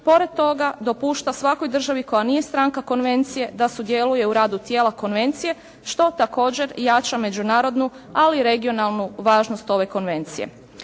pored toga dopušta svakoj državi koja nije stranka konvencije da sudjeluje u radu tijela konvencije što također jača međunarodnu ali i regionalnu važnost ove konvencije.